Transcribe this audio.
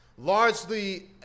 Largely